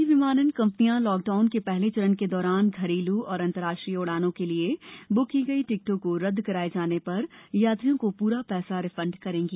नागर विमानन सभी विमानन कंपनियां लॉकडाउन के पहले चरण के दौरान घरेलू और अंतर्राष्ट्रीय उड़ानों के लिए ब्क की गई टिकटों को रदद कराए जाने पर यात्रियों को प्रा पैसा रिफंड करेंगी